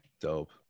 Dope